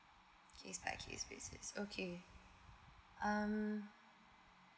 case by case basis okay um